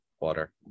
water